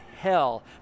hell